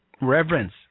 Reverence